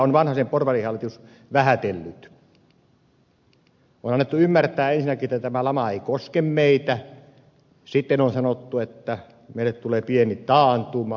on ensinnäkin annettu ymmärtää että tämä lama ei koske meitä sitten on sanottu että meille tulee pieni taantuma